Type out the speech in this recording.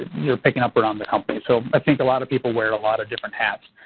you're picking up around the company. so i think a lot of people wear a lot of different hats.